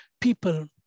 people